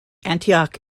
antioch